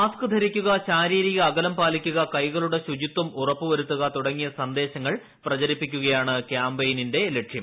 mask ധരിക്കുക ശാരീരിക അകലം പാലിക്കുക കൈകളുടെ ശുചിത്വം ഉറപ്പുവരുത്തുക തുടങ്ങിയ സന്ദേശങ്ങൾ പ്രചരിപ്പിക്കു കയാണ് ക്യാമ്പെയിനിന്റെ ലക്ഷ്യം